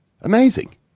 Amazing